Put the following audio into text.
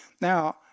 Now